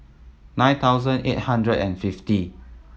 nine thousand eight hundred and fifty